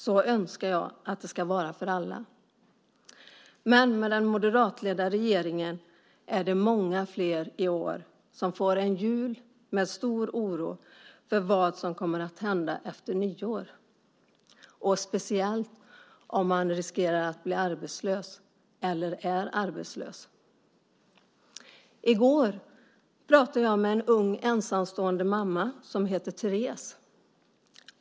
Så önskar jag att det ska vara för alla. Men med den moderatledda regeringen är det i år många flera som får en jul med stor oro för vad som kommer att hända efter nyår, speciellt de som riskerar att bli arbetslösa eller är arbetslösa. I går pratade jag med en ung ensamstående mamma som heter Therese.